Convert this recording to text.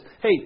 Hey